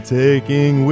taking